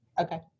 Okay